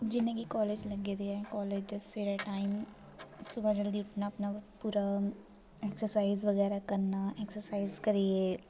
जि'यां कि कॉलेज लग्गे ऐं कॉलेज दा सबैह्रे टाइम सुबह् जल्दी उठना अपना पूरा एक्सरसाइज़ बगैरा करना एक्सरसाइज़ करियै